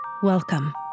Welcome